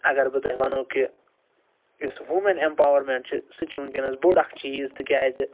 اَگر بہٕ تۄہہِ وَنہو کہِ یُس ووٚمیٚن ایٚمپاوَرمیٚنٛٹ چھُ سُہ تہِ چھُ وُنٛکیٚس بوٚڈ اَکھ چیٖز تِکیٛازِ